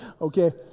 Okay